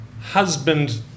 husband